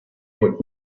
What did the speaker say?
would